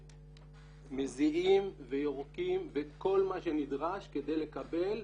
מזיעים ויורקים וכל מה שנדרש כדיי לקבל,